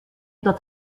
dat